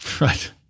Right